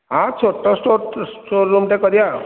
ହଁ ଛୋଟ ଷ୍ଟୋର୍ ରୁମ୍ଟେ କରିବା ଆଉ